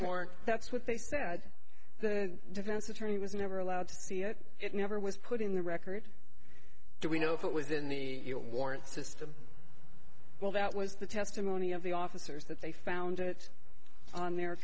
mark that's what they said the defense attorney was never allowed to see it it never was put in the record do we know if it was in the warrant system well that was the testimony of the officers that they found it on their